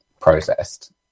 processed